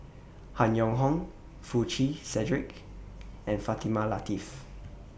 Han Yong Hong Foo Chee Cedric and Fatimah Lateef